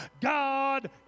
God